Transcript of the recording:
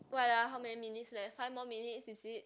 what ah how many minutes left five more minutes is it